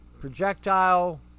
projectile